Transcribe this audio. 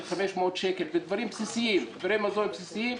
שמקבלות 500 שקלים לדברי מזון בסיסיים,